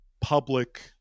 public